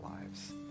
lives